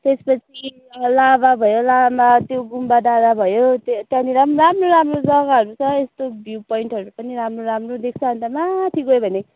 त्यसपछि लाभा भयो लाभा त्यो गुम्बा डाँडा भयो त्यहाँनिर पनि राम्रो राम्रो जग्गाहरू छ यस्तो भ्यू पोइन्टहरू पनि राम्रो राम्रो देख्छ अन्त माथि गयो भने